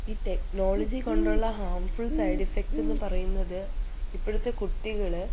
ഈ ടെക്നോളജി കൊണ്ടുള്ള harmful side effects എന്ന് പറയുന്നത് ഇപ്പോഴത്തെ കുട്ടികൾ